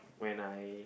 when I